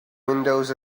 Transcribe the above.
windows